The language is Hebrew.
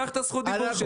קח את זכות הדיבור שלי.